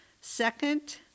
Second